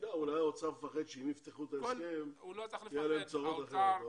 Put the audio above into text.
אולי האוצר מפחד שאם יפתחו את ההסכם יהיו להם צרות אחרות,